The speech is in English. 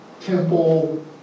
temple